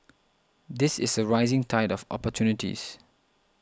this is a rising tide of opportunities